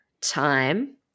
time